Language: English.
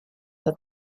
that